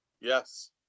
Yes